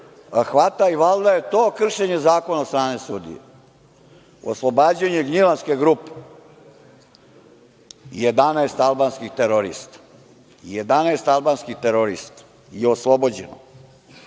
hvata i valjda je to kršenje zakona od strane sudije? Oslobađanje Gnjilanske grupe, 11 albanskih terorista. Jedanaest albanskih terorista je oslobođeno